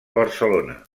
barcelona